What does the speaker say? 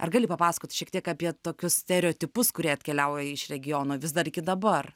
ar gali papasakot šiek tiek apie tokius stereotipus kurie atkeliauja iš regiono vis dar iki dabar